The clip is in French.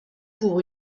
pour